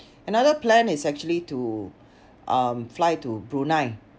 another plan is actually to um fly to Brunei